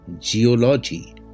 geology